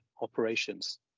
operations